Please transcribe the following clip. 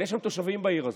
אבל יש שם תושבים בעיר הזאת.